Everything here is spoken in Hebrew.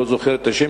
אני לא זוכר את שמה,